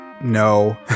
no